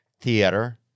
Theater